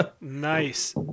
Nice